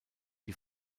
die